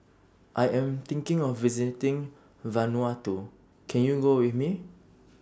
I Am thinking of visiting Vanuatu Can YOU Go with Me